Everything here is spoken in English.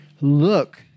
Look